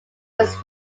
was